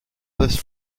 this